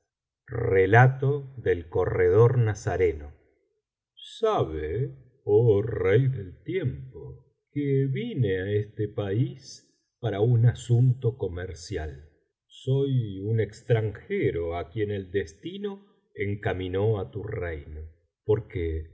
relato dei corredor nazareno sabe oh rey del tiempo que vine á este país para un asunto comercial soy un extranjero á quien el destino encaminó á tu reino porque